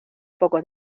poco